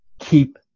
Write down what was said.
Keep